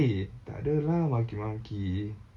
eh takde lah maki-maki